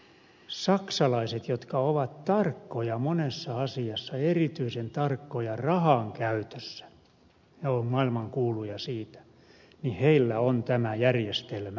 saksalaisilla jotka ovat tarkkoja monessa asiassa erityisen tarkkoja rahan käytössä ja ovat siitä maailmankuuluja on tämä järjestelmä